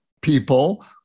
people